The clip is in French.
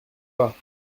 pas